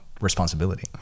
responsibility